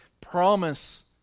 promise